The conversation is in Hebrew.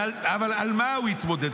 אבל על מה הוא התמודד?